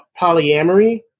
polyamory